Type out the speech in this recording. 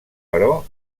però